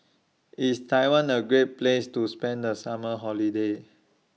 IS Taiwan A Great Place to spend The Summer Holiday